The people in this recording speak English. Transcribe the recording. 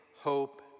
hope